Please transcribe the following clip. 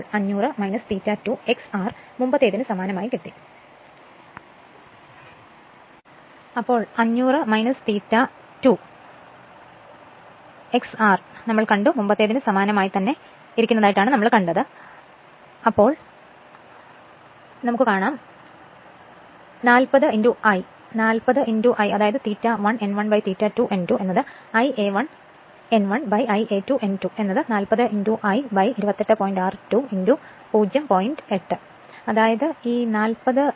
അതിനാൽ 500 ∅2 xr മുമ്പത്തേതിന് സമാനമാണ് 5 1 1 ∅2 n2 ∅1 1 ∅2 n2 അത് മുമ്പത്തേതിന് സമാനമാണ് അതായത് 40 1